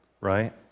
right